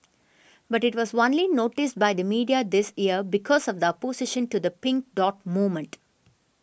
but it was only noticed by the media this year because of the opposition to the Pink Dot movement